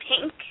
pink